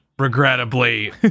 Regrettably